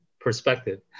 perspective